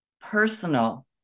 personal